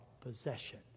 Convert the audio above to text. possession